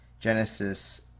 Genesis